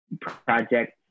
project